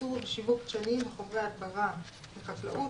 ייצור ושיווק דשנים וחומרי הדברה לחקלאות,